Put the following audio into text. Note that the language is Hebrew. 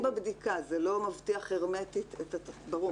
מסתפקים בבדיקה, זה לא מבטיח הרמטית, ברור.